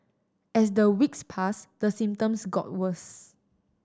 as the weeks pass the symptoms got worse